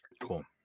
Cool